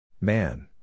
Man